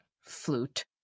flute